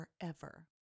forever